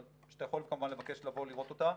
אבל שאתה יכול כמובן לבקש לבוא לראות אותה,